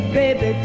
baby